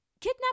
Kidnap